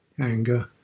anger